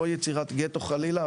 לא יצירת גטו חלילה,